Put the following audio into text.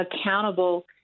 accountable